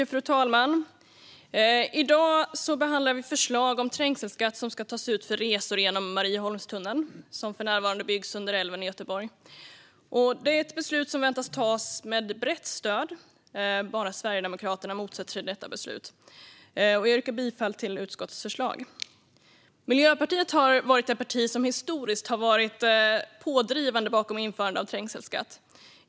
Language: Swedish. Fru talman! I dag behandlar vi förslag om trängselskatt som ska tas ut för resor genom Marieholmstunneln, som för närvarande byggs under älven i Göteborg. Det är ett beslut som väntas tas med brett stöd. Bara Sverigedemokraterna motsätter sig detta beslut. Jag yrkar bifall till utskottets förslag. Miljöpartiet har varit det parti som historiskt har varit pådrivande bakom införande av trängselskatt.